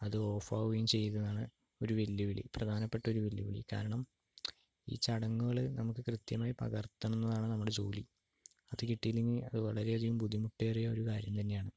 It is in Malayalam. അത് ഓഫാകുകയും ചെയ്തതാണ് ഒരു വെല്ലുവിളി പ്രധാനപ്പെട്ട ഒരു വെല്ലുവിളി കാരണം ഈ ചടങ്ങുകള് നമുക്ക് കൃത്യമായി പകർത്തുന്നതാണ് നമ്മുടെ ജോലി അത് കിട്ടിയില്ലെങ്കിൽ അത് വളരെയധികം ബുദ്ധിമുട്ടേറിയ ഒരു കാര്യം തന്നെയാണ്